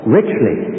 richly